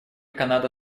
канада